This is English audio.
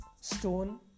stone